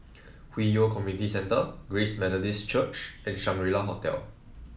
Hwi Yoh Community Centre Grace Methodist Church and Shangri La Hotel